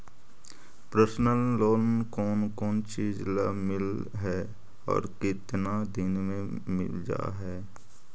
Personal loan कोन कोन चिज ल मिल है और केतना दिन में मिल जा है?